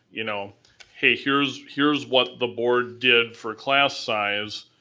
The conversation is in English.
you know hey, here's here's what the board did for class size,